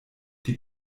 die